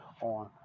on